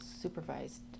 supervised